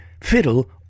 fiddle